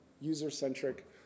user-centric